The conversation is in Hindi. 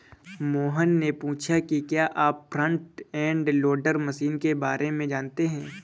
मोहन ने पूछा कि क्या आप फ्रंट एंड लोडर मशीन के बारे में जानते हैं?